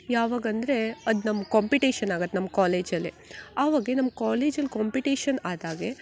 ಯಾವಾಗಂದರೆ ಅದು ನಮ್ಮ ಕಾಂಪಿಟೇಷನ್ ಆಗತ್ತೆ ನಮ್ಮ ಕಾಲೇಜಲ್ಲಿ ಆವಾಗ ನಮ್ಮ ಕಾಲೇಜಲ್ಲಿ ಕಾಂಪಿಟೇಷನ್ ಆದಾಗ